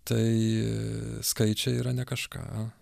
tai skaičiai yra ne kažką